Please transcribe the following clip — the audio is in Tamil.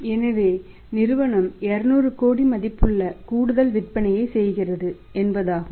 எனவே நிறுவனத்தின் மதிப்பு 200 கோடி மதிப்புள்ள கூடுதல் விற்பனையைச் செய்கிறது என்பதாகும்